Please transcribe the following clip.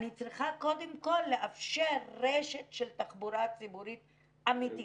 אני צריכה קודם כל לאפשר רשת של תחבורה ציבורית אמיתית,